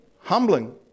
humbling